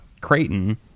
Creighton